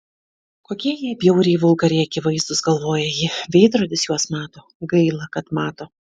kokie jie bjauriai vulgariai akivaizdūs galvoja ji veidrodis juos mato gaila kad mato